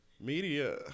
media